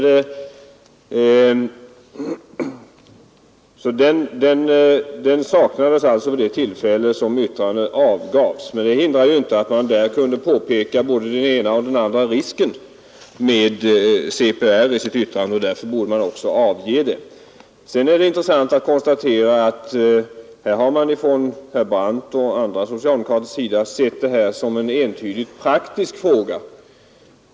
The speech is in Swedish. Den saknades alltså vid det tillfälle då remissyttrandet avgavs. Men det hindrar ju inte att man i sitt yttrande kunde påpeka både den ena och den andra risken med CPR, och därför borde man också avge det. Det är intressant att konstatera att herr Brandt och andra socialdemokrater har sett CPR som en entydigt praktisk fråga.